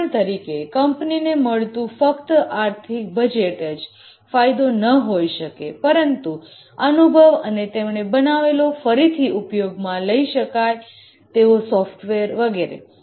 ઉદાહરણ તરીકે કંપનીને મળતું ફક્ત આર્થિક બજેટ જ ફાયદો ન હોઈ શકે પરંતુ અનુભવ અને તેમણે બનાવેલો ફરીથી ઉપયોગમાં લઈ શકાય તેઓ સોફ્ટવેર વગેરે